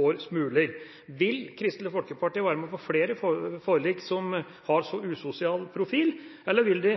Vil Kristelig Folkeparti være med på flere forlik som har usosial profil, eller vil de –